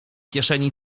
kieszeni